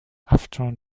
after